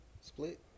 split